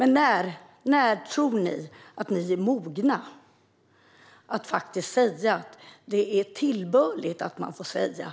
När tror ni att ni är mogna att säga att det är tillbörligt att säga ja, Hans Ekström?